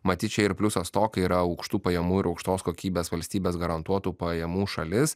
matyt čia ir pliusas to kai yra aukštų pajamų ir aukštos kokybės valstybės garantuotų pajamų šalis